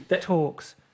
talks